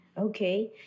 Okay